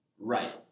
Right